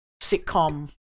sitcom